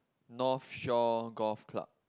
North Shore Golf Club